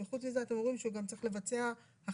וחוץ מזה, אתם אומרים שהוא גם צריך לבצע הכנות.